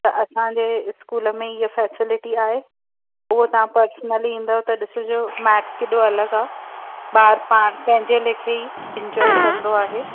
त असांजे स्कूल में इहा फैसिलिटी आहे हुअ तव्हां पर्सनली ईंदव त ॾिस जो मैट केहिॾो अलॻि आ ॿारु पाण पेंहिजे लेखे ई एन्जॉय कंदो आहे